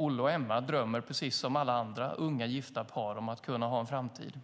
Olle och Emma drömmer precis som alla andra unga gifta par om att kunna ha en framtid,